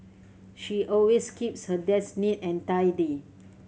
she always keeps her desk neat and tidy